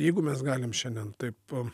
jeigu mes galim šiandien taip